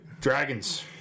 Dragons